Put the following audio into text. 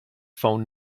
phone